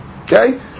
Okay